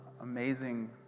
amazing